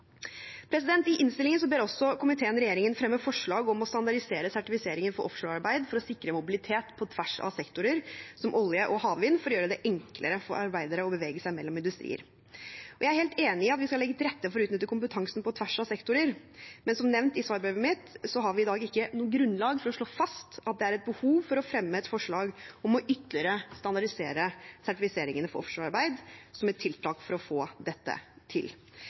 I innstillingen ber også komiteen regjeringen fremme forslag om å standardisere sertifiseringen for offshorearbeid for å sikre mobilitet på tvers av sektorer som olje og havvind, for å gjøre det enklere for arbeidere å bevege seg mellom industrier. Jeg er helt enig i at vi skal legge til rette for å utnytte kompetansen på tvers av sektorer, men som nevnt i svarbrevet mitt har vi i dag ikke noe grunnlag for å slå fast at det er et behov for å fremme et forslag om ytterligere å standardisere sertifiseringene for offshorearbeid som et tiltak for å få dette til.